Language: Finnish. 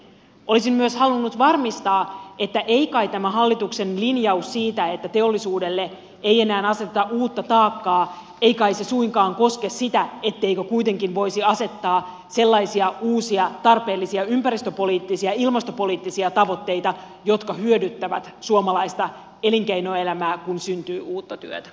olisin myös halunnut varmistaa että ei kai tämä hallituksen linjaus siitä että teollisuudelle ei enää aseteta uutta taakkaa suinkaan koske sitä etteikö kuitenkin voisi asettaa sellaisia uusia tarpeellisia ympäristöpoliittisia ja ilmastopoliittisia tavoitteita jotka hyödyttävät suomalaista elinkeinoelämää kun syntyy uutta työtä